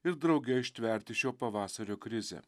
ir drauge ištverti šio pavasario krizę